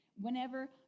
whenever